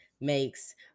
makes